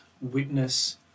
witness